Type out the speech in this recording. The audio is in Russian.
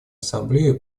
ассамблеи